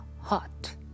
HOT